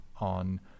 on